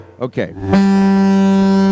Okay